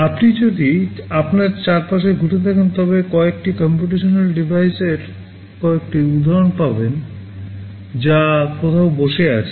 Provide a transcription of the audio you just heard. আপনি যদি আপনার চারপাশে ঘুরে দেখেন তবে কয়েকটি কম্পিউটেশনাল ডিভাইসের কয়েকটি উদাহরণ পাবেন যা কোথাও বসে আছে